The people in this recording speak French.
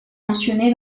mentionnée